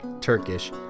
Turkish